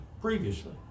previously